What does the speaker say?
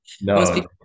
No